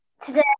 today